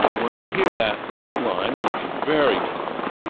when i hear that line, and it's very common.